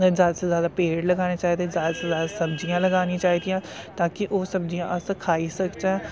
जादा से जादा पेड़ लगाने चाहिदे जादा से जादा सब्जियां लगानियां चाहिदियां ताकि ओह् सब्जियां अस खाई सकचै